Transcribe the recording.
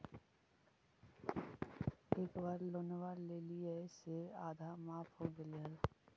एक बार लोनवा लेलियै से आधा माफ हो गेले हल?